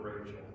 Rachel